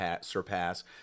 surpass